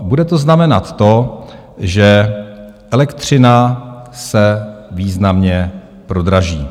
Bude to znamenat to, že elektřina se významně prodraží.